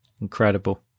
incredible